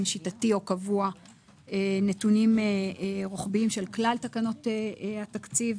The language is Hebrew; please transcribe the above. שיטתי או קבוע נתונים רוחביים של כלל תקנות התקציב,